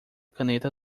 caneta